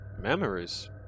Memories